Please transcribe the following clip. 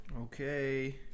Okay